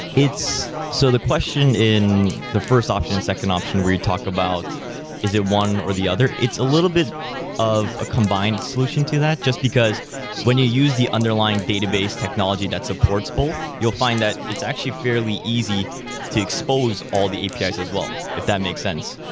so the question in the first option and second option where you talk about is it one or the other, it's a little bit of a combined solution to that just because when you use the underlying database technology that supports both, you'll find that it's actually fairly easy to expose all the apis as well, if that make sense.